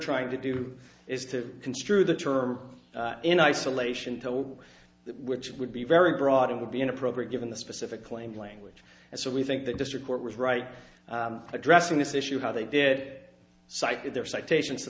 trying to do is to construe the term in isolation till which would be very broad and would be inappropriate given the specific claim language and so we think that district court was right addressing this issue how they did